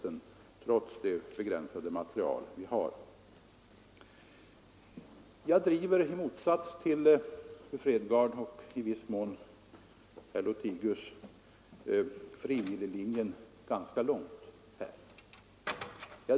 I motsats till fru Fredgardh och i viss mån även till herr Lothigius driver jag frivilliglinjen ganska långt.